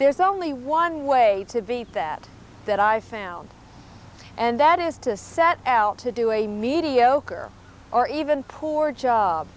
there's only one way to beat that that i found and that is to set out to do a mediocre or even poor job